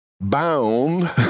bound